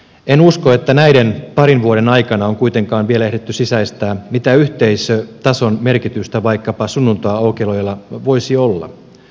en usko että näiden parin vuoden aikana on kuitenkaan vielä ehditty sisäistää mitä yhteisötason merkitystä vaikkapa sunnuntaiaukioloajoilla voisi olla